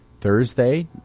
Thursday